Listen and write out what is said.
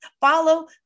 follow